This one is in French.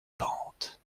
pentes